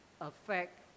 affect